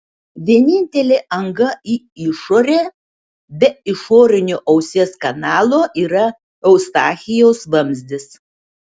vienintelė anga į išorę be išorinio ausies kanalo yra eustachijaus vamzdis